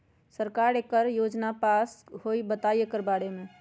सरकार एकड़ योजना कईसे पास होई बताई एकर बारे मे?